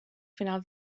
final